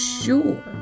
sure